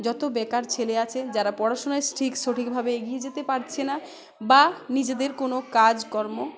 যত বেকার ছেলে আছে যারা পড়াশোনায় ঠিক সঠিকভাবে এগিয়ে যেতে পারছে না বা নিজেদের কোনো কাজকর্ম